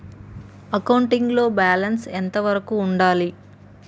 Accounting లో balance ఎంత వరకు ఉండాలి?